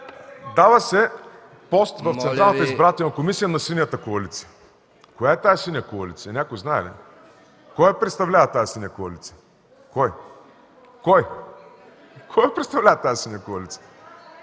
Дава се пост в Централната избирателна комисия на Синята коалиция. Коя е тази Синя коалиция, някой знае ли? Кой я представлява тази Синя коалиция? Кой? Кой? Кой я представлява тази Синя коалиция?